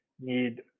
need